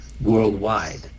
worldwide